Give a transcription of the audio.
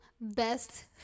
Best